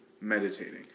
meditating